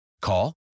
Call